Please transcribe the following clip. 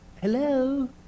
hello